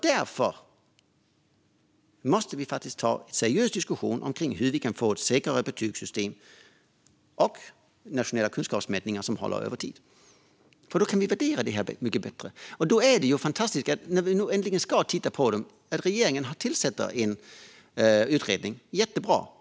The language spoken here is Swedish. Därför måste vi ta en seriös diskussion om hur vi kan få ett säkrare betygssystem och nationella kunskapsmätningar som håller över tid. Då kan vi nämligen värdera det här på ett mycket bättre sätt. Det är fantastiskt att regeringen tillsätter en utredning när man nu äntligen ska titta på detta. Det är jättebra.